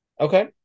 Okay